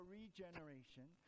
regeneration